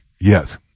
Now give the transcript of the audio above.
Yes